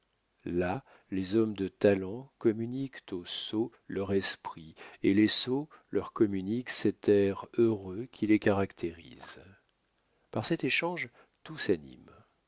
là les hommes de talent communiquent aux sots leur esprit et les sots leur communiquent cet air heureux qui les caractérise par cet échange tout s'anime